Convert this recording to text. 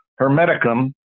hermeticum